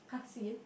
!huh! say again